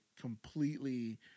completely